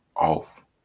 off